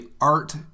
art